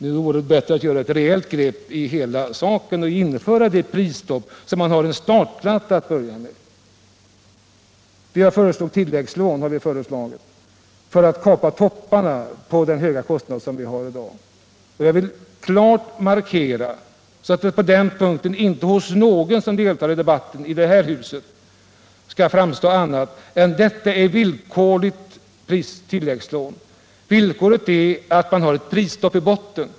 Det vore bättre att ta ett rejält grepp i hela frågor och införa prisstopp, så att man har en startplatta att börja på. Vi har föreslagit tilläggslån för att kapa topparna på de höga kostnader som vi har i dag. Jag vill klart markera, så att inte någon som deltar i debatten i det här huset skall få något annat intryck på den punkten, att detta är ett villkorligt tilläggslån. Villkoret är att man har ett prisstopp i botten.